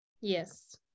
yes